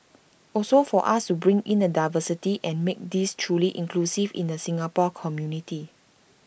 also for us to bring in the diversity and make this truly inclusive in the Singapore community